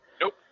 Nope